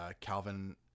Calvin